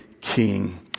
king